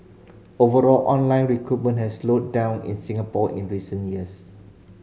overall online recruitment has slowed down in Singapore in recent years